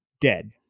Dead